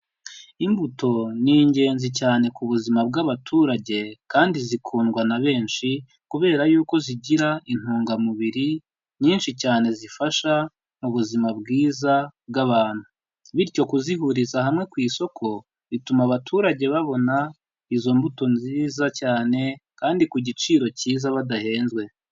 Imbuto ni ingenzi cyane ku buzima bw'abaturage kandi zikundwa na benshi kubera yuko zigira intungamubiri nyinshi cyane zifasha mu buzima bwiza bw'abantu, bityo kuzihuriza hamwe ku isoko bituma abaturage babona izo mbuto nziza cyane kandi ku giciro kiza badahenzwe.